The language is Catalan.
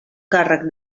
càrrec